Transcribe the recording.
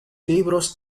libros